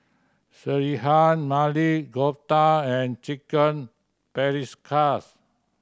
Sekihan Maili Kofta and Chicken Paprikas